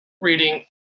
reading